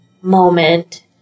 moment